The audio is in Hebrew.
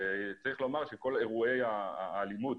צריך לומר שכל אירועי האלימות